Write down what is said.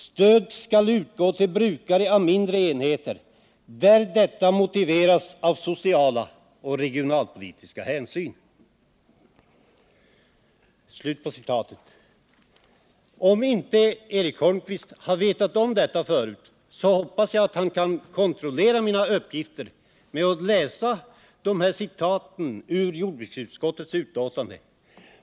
Stöd skall utgå till brukare av mindre enheter där detta motiveras av sociala och regionalpolitiska skäl.” Om Eric Holmqvist inte har vetat om det förut hoppas jag att han kontrollerar mina uppgifter genom att läsa de här avsnitten i jordbruksutskottets betänkande.